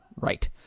Right